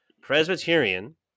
Presbyterian